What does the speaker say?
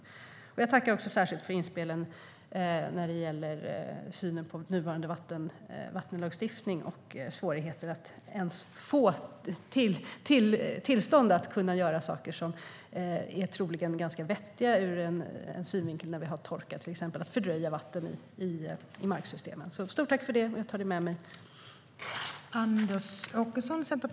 Jag tackar också särskilt för inspelen när det gäller synen på nuvarande vattenlagstiftning och svårigheter att ens få tillstånd att kunna göra saker som troligen är ganska vettiga när vi har torka, till exempel att fördröja vatten i marksystemen. Stort tack för detta; jag tar det med mig!